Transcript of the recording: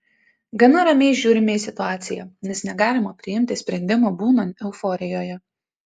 gana ramiai žiūrime į situaciją nes negalima priimti sprendimų būnant euforijoje